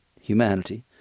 humanity